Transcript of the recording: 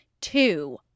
Two